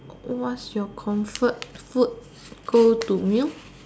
what's your comfort food go to meal